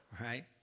right